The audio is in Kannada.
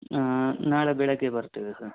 ನಾಳೆ ಬೆಳಗ್ಗೆ ಬರ್ತೇವೆ ಸರ್